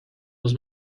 was